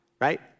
right